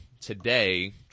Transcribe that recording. today